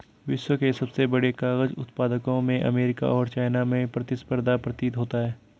विश्व के सबसे बड़े कागज उत्पादकों में अमेरिका और चाइना में प्रतिस्पर्धा प्रतीत होता है